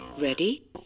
Ready